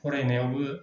फरायनायावबो